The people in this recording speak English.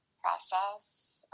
process